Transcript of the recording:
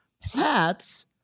Hats